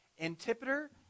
Antipater